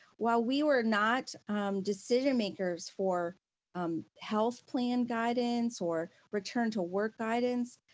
while we were not decision makers for um health plan guidance or return to work guidance,